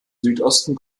südosten